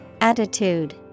Attitude